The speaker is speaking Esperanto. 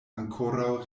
ankoraŭ